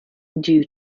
due